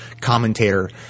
commentator